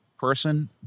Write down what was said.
person